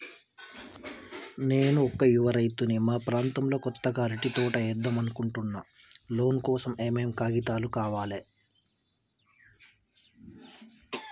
నేను ఒక యువ రైతుని మా ప్రాంతంలో కొత్తగా అరటి తోట ఏద్దం అనుకుంటున్నా లోన్ కోసం ఏం ఏం కాగితాలు కావాలే?